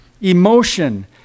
emotion